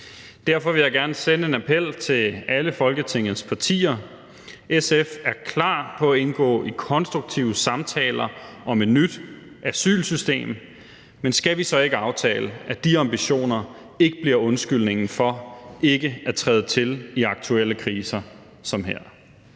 Derfor vil jeg gerne sende en appel til alle Folketingets partier: SF er klar på at indgå i konstruktive samtaler om et nyt asylsystem, men skal vi så ikke aftale, at de ambitioner ikke bliver undskyldningen for ikke at træde til i aktuelle kriser som her?